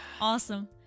Awesome